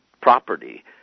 property